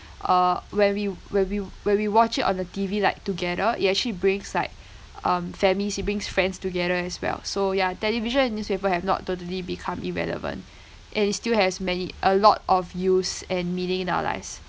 uh when we when we when we watch it on the T_V like together it actually brings like um family siblings friends together as well so yeah television and newspaper have not totally become irrelevant and it still has many a lot of use and meaning in our lives